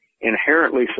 inherently